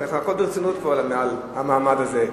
הכול ברצינות פה, מעל המעמד הזה.